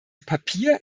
papier